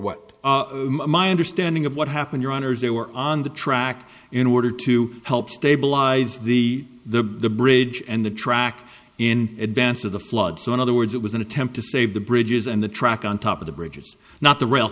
what my understanding of what happened your honour's they were on the track in order to help stabilize the the bridge and the track in advance of the flood so in other words it was an attempt to save the bridges and the track on top of the bridges not the rail